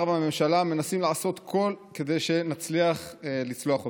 והממשלה מנסים לעשות הכול כדי שנצליח לצלוח אותו.